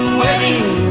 wedding